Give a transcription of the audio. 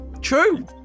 True